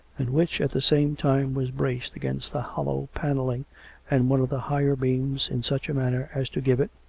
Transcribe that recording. and which, at the same time, was braced against the hollow panelling and one of the higher beaiiis in such a manner as to give it,